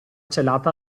celata